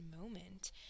moment